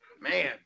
Man